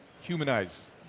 humanize